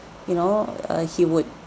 you know uh he would